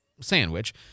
sandwich